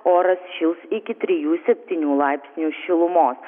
oras šils iki trijų septynių laipsnių šilumos